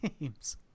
games